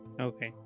Okay